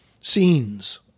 scenes